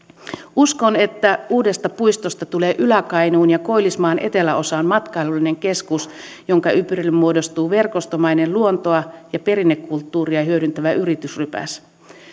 uskon että uudesta puistosta tulee ylä kainuun ja koillismaan eteläosan matkailullinen keskus jonka ympärille muodostuu verkostomainen luontoa ja perinnekulttuuria hyödyntävä yritysrypäs